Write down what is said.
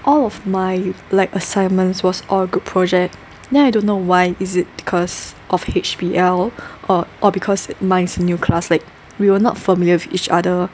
all of my like assignments was all group project then I dont know why is it because of H_B_L or or because mine is new class like we were not familiar with each other